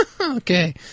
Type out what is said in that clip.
Okay